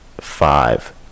five